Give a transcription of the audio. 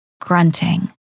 grunting